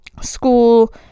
school